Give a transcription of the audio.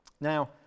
Now